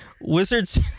Wizards